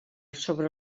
sobre